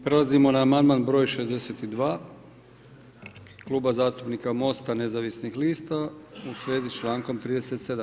Prelazimo na amandman broj 62 Kluba zastupnika Mosta nezavisnih lista u svezi s člankom 37.